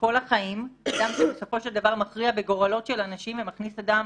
לכל החיים אדם שבסופו של דבר מכריע בגורלות של אנשים ומכניס אדם